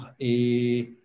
et